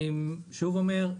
אני שוב אומר,